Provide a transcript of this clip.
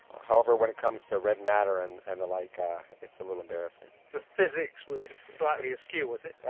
however, when it comes to red matter and and the like it's a little embarrassing. the physics was slightly askew, was it?